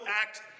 act